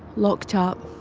locked up.